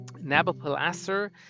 Nabopolassar